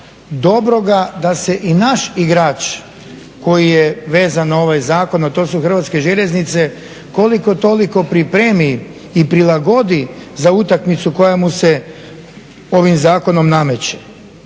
dobroga da se i naš igrač koji je vezan na ovaj zakon, a to su Hrvatske željeznice koliko toliko pripremi i prilagodi za utakmicu koja mu se ovim zakonom nameće.